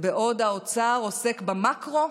בעוד האוצר עוסק במקרו,